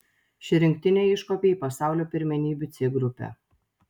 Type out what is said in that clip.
ši rinktinė iškopė į pasaulio pirmenybių c grupę